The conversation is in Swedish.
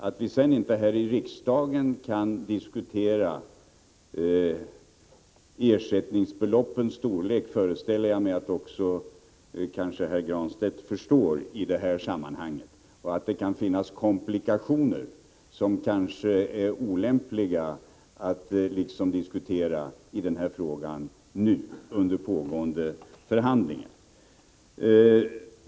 Att vi sedan inte här i riksdagen kan diskutera ersättningsbeloppens storlek föreställer jag mig att kanske också herr Granstedt förstår. Det kan finnas komplikationer i den här frågan som är olämpliga att diskutera nu, under pågående förhandlingar.